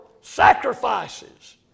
sacrifices